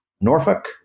Norfolk